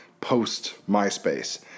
post-MySpace